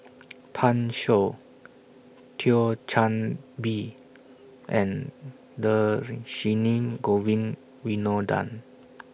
Pan Shou Thio Chan Bee and Govin Winodan